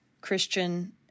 Christian